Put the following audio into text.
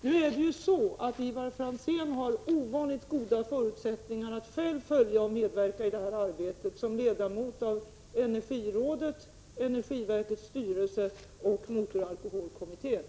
Nu förhåller det sig ju så, att Ivar Franzén har ovanligt goda förutsättningar att själv medverka i det här arbetet, eftersom han är ledamot av energirådet, energiverkets styrelse och motoralkoholkommittén.